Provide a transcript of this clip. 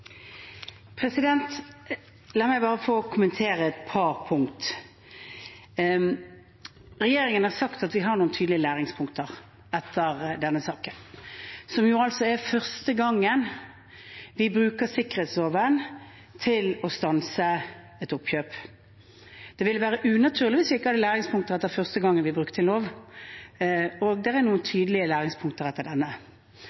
selskap. La meg bare få kommentere et par punkter. Regjeringen har sagt at vi har noen tydelige læringspunkter etter denne saken. Det er første gangen vi bruker sikkerhetsloven til å stanse et oppkjøp. Det ville være unaturlig hvis vi ikke hadde læringspunkter etter første gang vi brukte en lov, og det er noen